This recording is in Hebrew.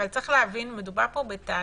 אבל צריך להבין שמדובר פה בתהליך.